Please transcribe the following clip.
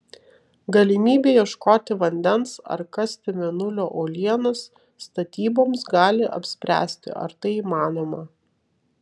galimybė ieškoti vandens ar kasti mėnulio uolienas statyboms gali apspręsti ar tai įmanoma